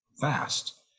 fast